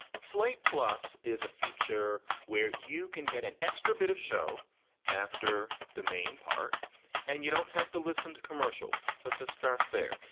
slate. plus is a feature where you can get an extra bit of show after the main part and you don't have to listen to commercials. so it just starts there.